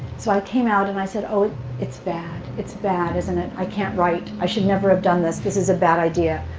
so i came out, and i said, oh it's bad. it's bad, isn't it? i can't write. i should never have done this. this is a bad idea.